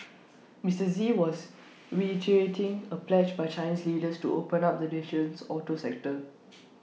Mister Xi was reiterating A pledge by Chinese leaders to open up the nation's auto sector